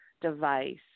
device